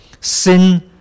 Sin